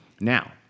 Now